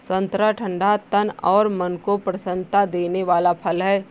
संतरा ठंडा तन और मन को प्रसन्नता देने वाला फल है